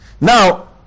Now